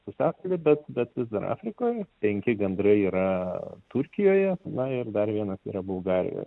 pusiasaly bet bet vis dar afrikoj penki gandrai yra turkijoje na ir dar vienas yra bulgarijoje